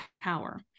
power